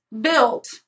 built